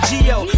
Geo